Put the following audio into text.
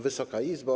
Wysoka Izbo!